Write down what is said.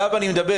עליו אני מדבר.